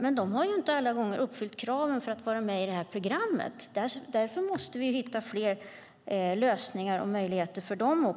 Men de har inte alla gånger uppfyllt kraven för att vara med i det här programmet, därför måste vi hitta fler lösningar och möjligheter för dem